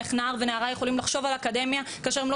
איך הם יכולים לחשוב על אקדמיה כאשר הם לא